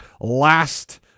last